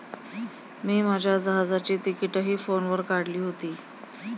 मी माझ्या जहाजाची तिकिटंही फोनवर काढली होती